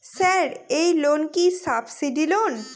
Sir এই loan কি subsidy loan?